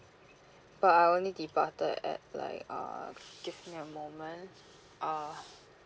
but I only departed at like uh give me a moment uh